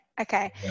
Okay